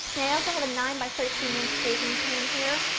and i also have a nine by thirteen inch baking pan here,